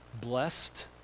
blessed